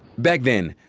back then,